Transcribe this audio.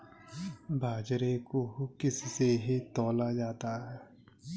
बाजरे को किससे तौला जाता है बताएँ?